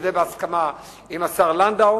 וזה בהסכמה עם השר לנדאו,